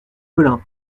belin